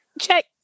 check